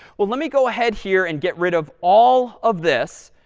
well, let me go ahead here and get rid of all of this.